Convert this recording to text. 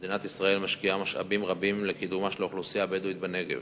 מדינת ישראל משקיעה משאבים רבים לקידומה של האוכלוסייה הבדואית בנגב,